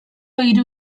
hiru